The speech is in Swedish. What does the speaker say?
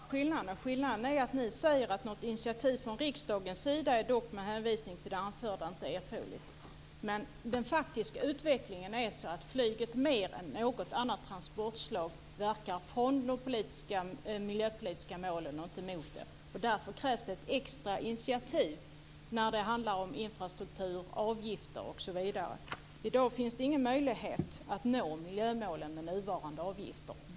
Herr talman! Då ska jag förklara skillnaden. Skillnaden är att reservanterna säger: "Något initiativ från riksdagens sida är dock med hänvisning till det anförda inte erforderligt." Men den faktiska utvecklingen är den att flyget mer än något annat transportslag verkar från de miljöpolitiska målen och inte i riktning mot dem. Därför krävs det ett extra initiativ när det handlar om infrastruktur, avgifter osv. I dag finns det ingen möjlighet att nå miljömålen med nuvarande avgifter.